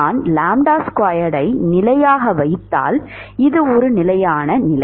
நான் நிலையாக வைத்தால் இது ஒரு நிலையான நிலை